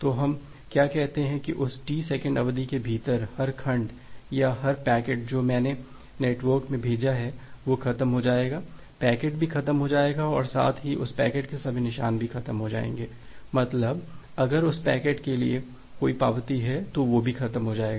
तो हम क्या कहते हैं कि उस टी सेकंड अवधि के भीतर हर खंड या हर पैकेट जो मैंने नेटवर्क में भेजा है वह ख़त्म हो जाएगा पैकेट भी ख़त्म हो जाएगा और साथ ही उस पैकेट के सभी निशान भी भी ख़त्म हो जाएंगे मतलब अगर उस पैकेट के लिए कोई पावती है तो वे भी ख़त्म हो जाएंगे